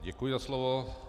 Děkuji za slovo.